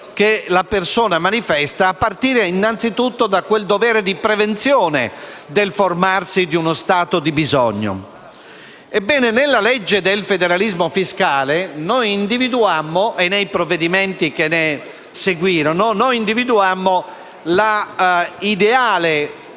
che la persona manifesta, a partire innanzitutto da quel dovere di prevenzione del formarsi di uno stato di bisogno. Ebbene, nella legge sul federalismo fiscale e nei provvedimenti che ne seguirono noi individuammo la ideale